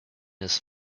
his